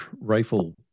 Rifle